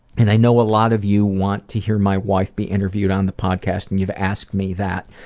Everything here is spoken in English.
and i know a lot of you want to hear my wife be interviewed on the podcast and you've asked me that.